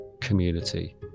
community